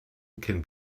can